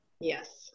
Yes